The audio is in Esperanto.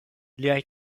liaj